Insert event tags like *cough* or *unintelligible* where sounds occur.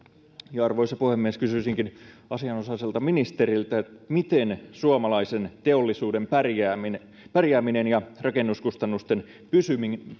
arvoisa puhemies kysyisinkin asianosaiselta ministeriltä miten suomalaisen teollisuuden pärjääminen pärjääminen ja rakennuskustannusten pysyminen *unintelligible*